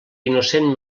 innocent